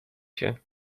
się